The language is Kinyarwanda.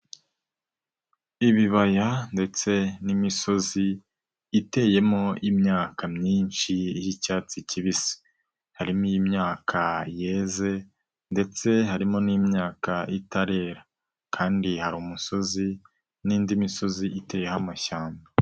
Ibibaya ndetse n'imisozi iteyemo imyaka myinshi y'icyatsi kibisi, harimo imyaka yeze ndetse harimo n'imyaka itarera kandi hari umusozi n'indi misozi iteyeho amashyamba.